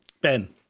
Ben